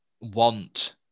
want